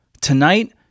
Tonight